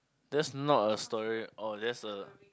that's not a story oh that's a